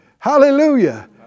Hallelujah